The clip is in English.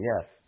yes